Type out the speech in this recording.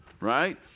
Right